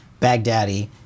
Baghdadi